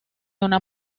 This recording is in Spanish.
una